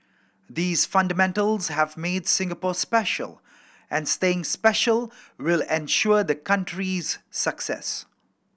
these fundamentals have made Singapore special and staying special will ensure the country's success